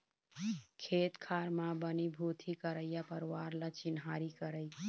खेत खार म बनी भूथी करइया परवार ल चिन्हारी करई